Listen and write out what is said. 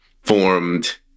formed